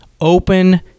open